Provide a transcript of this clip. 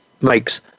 makes